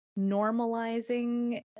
normalizing